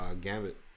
Gambit